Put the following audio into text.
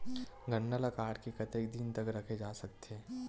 गन्ना ल काट के कतेक दिन तक रखे जा सकथे?